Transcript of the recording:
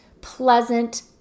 pleasant